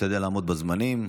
להשתדל לעמוד בזמנים.